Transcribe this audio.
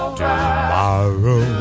tomorrow